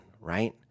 right